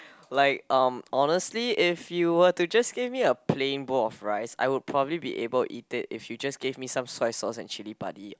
like um honestly if you were to just give me a plain bowl of rice I would probably be able to eat it if you just gave me some soy sauce and chilli padi